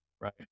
right